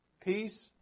peace